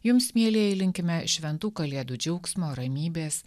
jums mielieji linkime šventų kalėdų džiaugsmo ramybės